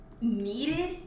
needed